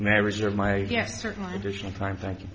marriage or my yes certainly additional time thank you